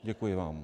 Děkuji vám.